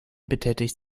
betätigt